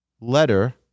letter